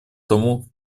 тому